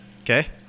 Okay